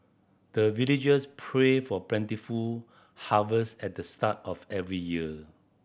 the villagers pray for plentiful harvest at the start of every year